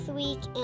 week